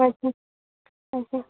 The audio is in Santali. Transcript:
ᱦᱳᱭ ᱥᱮ ᱦᱳᱭ ᱥᱮ